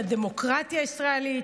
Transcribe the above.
לדמוקרטיה הישראלית: